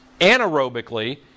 anaerobically